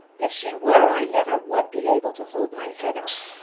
if she were i never would be able to hold my head up.